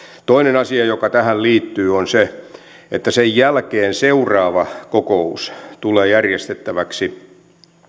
toinen asia joka tähän liittyy on se että sen jälkeen seuraava kokous tulee järjestettäväksi